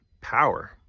power